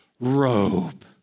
robe